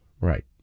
Right